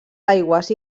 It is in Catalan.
aigües